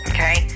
Okay